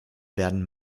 werden